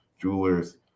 jewelers